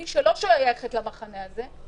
כמי שלא שייכת למחנה הזה.